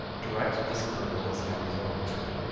direct disapproval is now resorted to.